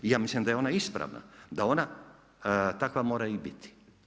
I ja mislim da je ona ispravna da ona takva mora i biti.